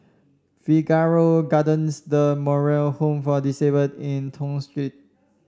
Figaro Gardens The Moral Home for Disabled and Toh Street